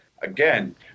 Again